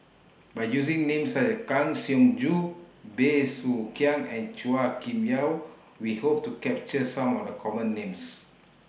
By using Names such as Kang Siong Joo Bey Soo Khiang and Chua Kim Yeow We Hope to capture Some of The Common Names